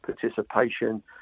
participation